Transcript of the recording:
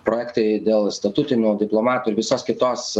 projektai dėl statutinių diplomatų ir visos kitos